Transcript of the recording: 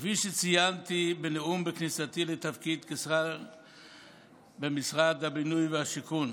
כפי שציינתי בנאום בכניסתי לתפקיד כשר במשרד הבינוי והשיכון,